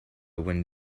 when